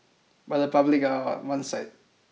but the public are onside